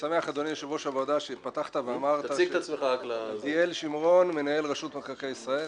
מנהל רשות מקרקעי ישראל.